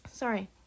Sorry